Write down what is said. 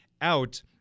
out